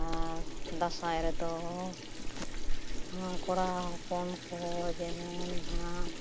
ᱟᱨ ᱫᱟᱸᱥᱟᱭ ᱨᱮᱫᱚ ᱠᱚᱲᱟ ᱦᱚᱯᱚᱱ ᱠᱚ ᱡᱮᱢᱚᱱ ᱱᱟᱦᱟᱜ